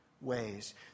ways